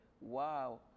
wow